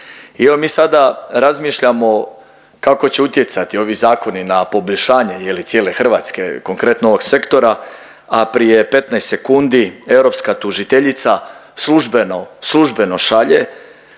I evo, mi sada razmišljamo kako će utjecati ovi zakoni na poboljšanje, je li, cijele Hrvatske, konkretno ovog sektora, a prije 15 sekundi europska tužiteljica službeno šalje,